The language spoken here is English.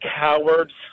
cowards